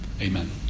Amen